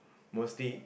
mostly